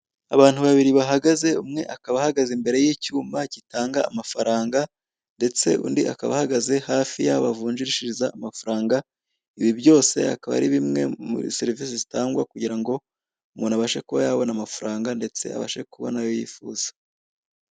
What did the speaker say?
Abantu babari bahagaze umumwe akaba ahagaze imbere y'icyuma gitanga amafaranga, ndetse undi akaba ahagaze yafi yaho bavunjishiriza amafaranga, ibi byose akaba ari bimwe muri serivisi zitangwa kugirango umuntu abashekuba yabona amafaranga ndetse abashe kuba yabona ayo yifiza.